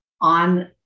on